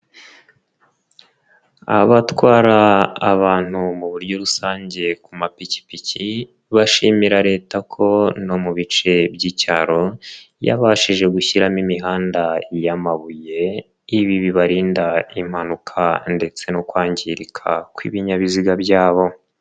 Abatwara abantu mu buryo rusange ku mapikipiki bashimira Leta ko no mu bice by'icyaro yabashije gushyiramo imihanda yamabuye, ibi bibarinda impanuka ndetse no kwangirika kw'ibinyabiziga byabo.